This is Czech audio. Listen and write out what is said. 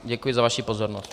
Děkuji za vaši pozornost.